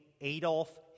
Adolf